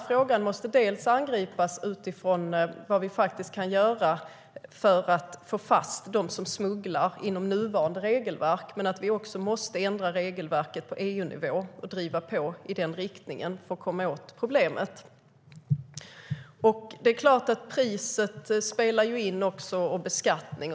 Frågan måste angripas utifrån vad vi med nuvarande regelverk kan göra för att få fast dem som smugglar, men vi måste också ändra regelverket på EU-nivå och driva på i den riktningen för att komma åt problemet. Pris och beskattning spelar såklart roll.